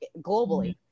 globally